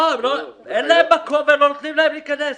לא, אין להם מקום, הם לא נותנים להן להיכנס.